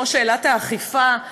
כמו שאלת האכיפה,